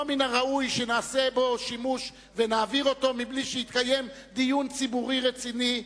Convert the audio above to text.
לא מן הראוי שנעשה בו שימוש ונעביר אותו בלי שיתקיים דיון ציבורי רציני,